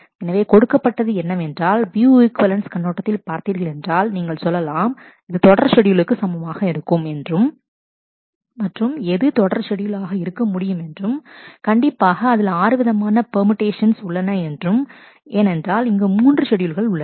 எனவே கொடுக்கப்பட்டது என்னவென்றால் வியூ ஈக்வலன்ஸ் கண்ணோட்டத்தில் பார்த்தீர்கள் என்றால் நீங்கள் சொல்லலாம் இது தொடர் ஷெட்யூலுக்கு சமமாக இருக்கும் என்றும் மற்றும் எது தொடர் ஷெட்யூல் ஆக இருக்க முடியும் என்றும் கண்டிப்பாக அதில் ஆறு விதமான பேர்முடேஷன்ஸ் உள்ளன ஏனென்றால் அங்கு மூன்று ஷெட்யூல்கள் உள்ளது